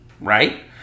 right